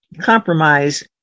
compromise